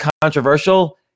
controversial